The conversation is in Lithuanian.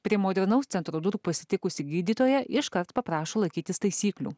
prie modernaus centro durų pasitikusi gydytoja iškart paprašo laikytis taisyklių